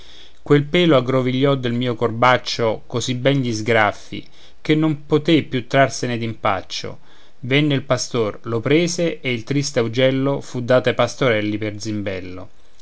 quel pelo aggrovigliò del mio corbaccio così bene gli sgraffi che non poté più trarsene d'impaccio venne il pastor lo prese e il tristo augello fu dato ai pastorelli per zimbello